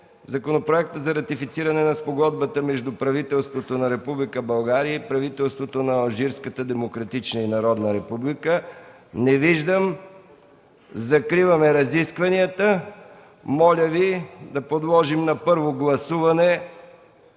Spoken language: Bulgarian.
Законопроекта за ратифициране на Спогодбата между правителството на Република България и правителството на Алжирската демократична и народна република? Не виждам. Закривам разискванията. Моля да подложим на първо гласуване